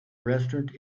restaurant